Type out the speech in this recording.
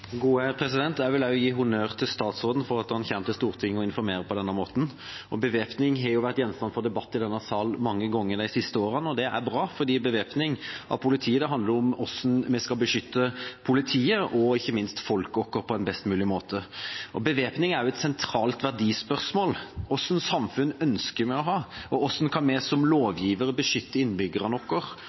jeg vil gi honnør til statsråden for at han kommer til Stortinget og informerer på denne måten. Bevæpning har vært gjenstand for debatt i denne salen mange ganger de siste årene. Det er bra, fordi bevæpning av politiet handler om hvordan vi skal beskytte politiet og, ikke minst, folket vårt på en best mulig måte. Bevæpning er et sentralt verdispørsmål. Hva slags samfunn ønsker vi å ha? Og hvordan kan vi som lovgivere beskytte innbyggerne våre